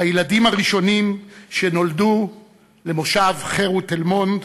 הילדים הראשונים שנולדו למושב חרות תל-מונד,